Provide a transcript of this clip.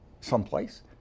someplace